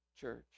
church